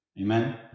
Amen